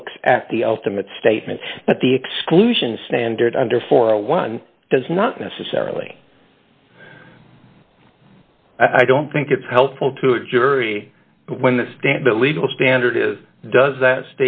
looks at the ultimate statement but the exclusion standard under for one does not necessarily i don't think it's helpful to a jury when the stand the legal standard is does that